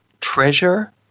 treasure